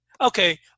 okay